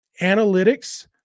Analytics